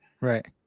right